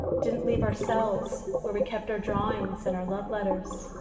didn't leave ourselves where we kept our drawings and our love letters,